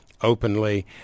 openly